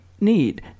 need